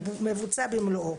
מבוצע במלואו.